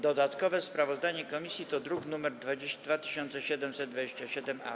Dodatkowe sprawozdanie komisji to druk nr 2727-A.